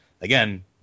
again